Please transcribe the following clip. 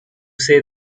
say